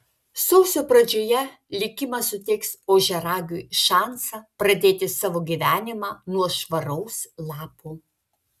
sausio pradžioje likimas suteiks ožiaragiui šansą pradėti savo gyvenimą nuo švaraus lapo